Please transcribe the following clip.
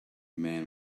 man